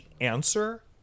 answer